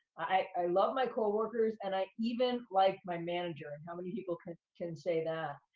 i loved my coworkers, and i even liked my manager. and how many people kind of can say that?